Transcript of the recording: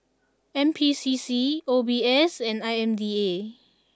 N P C C O B S and I M D A